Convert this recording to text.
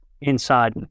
inside